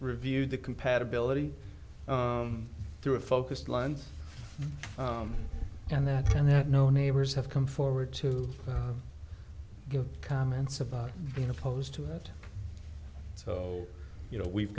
review the compatibility through a focused lines and that kind that no neighbors have come forward to give comments about being opposed to it so you know we've